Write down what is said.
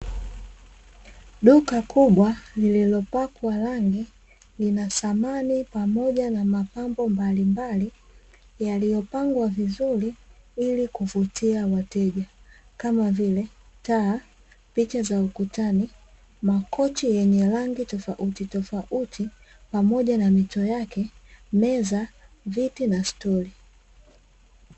Duka kubwa lililopakwa rangi, lina samani pamoja na mapambo mbalimbali yaliyopangwa vizuri ili kuvutia wateja, kama vile, taa, picha za ukutani, makochi yenye rangi tofauti tofauti pamoja na mito yake, meza, viti na stuli.